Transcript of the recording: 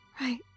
Right